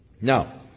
Now